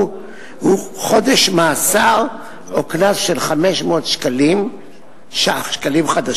הוא חודש מאסר או קנס של 500 שקלים חדשים,